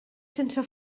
sense